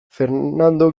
fernando